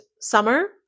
summer